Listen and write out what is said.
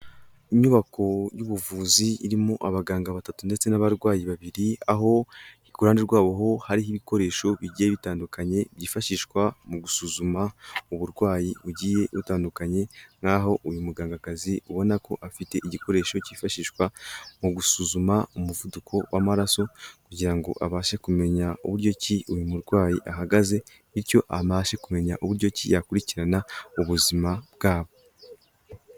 Inyubako y'ubuvuzi irimo abaganga batatu ndetse n'abarwayi babiri, aho iruhande rwabo ho hariho ibikoresho bigiye bitandukanye, byifashishwa mu gusuzuma uburwayi bugiye utandukanye, nkaho uyu mugangakazi ubona ko afite igikoresho cyifashishwa mu gusuzuma umuvuduko w'amaraso, kugira ngo abashe kumenya uburyo ki uyu murwayi ahagaze, bicyo abashe kumenya uburyo ki yakurikirana ubuzima bwabo.